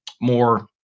more